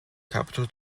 capital